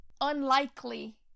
unlikely